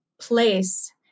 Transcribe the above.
place